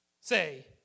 say